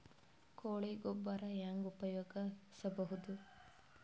ಕೊಳಿ ಗೊಬ್ಬರ ಹೆಂಗ್ ಉಪಯೋಗಸಬಹುದು?